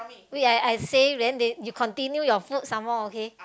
wait I I say then they you continue your food some more okay